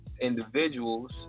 individuals